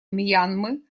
мьянмы